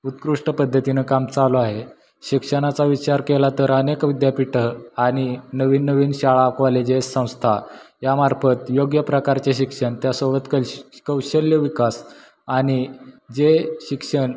उत्कृष्ट पद्धतीनं काम चालू आहे शिक्षणाचा विचार केला तर अनेक विद्यापीठ आणि नवीन नवीन शाळा कॉलेजेस संस्था यामार्फत योग्य प्रकारचे शिक्षण त्यासोबत कल्श कौशल्य विकास आणि जे शिक्षण